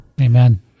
Amen